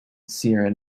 sierra